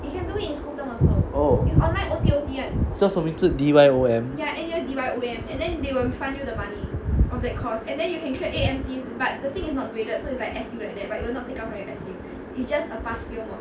oh 叫什么名字 D_Y_O_M